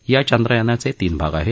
या चांद्रयानाचे तीन भाग आहेत